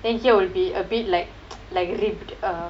then here will be a bit like like ribbed uh